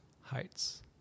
Heights